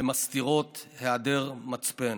שמסתירות היעדר מצפן.